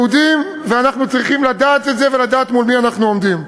ואנחנו צריכים לדעת את זה ולדעת מול מי אנחנו עומדים.